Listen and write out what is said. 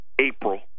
April